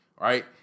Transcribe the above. Right